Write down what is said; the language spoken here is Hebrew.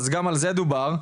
גם על זה דובר.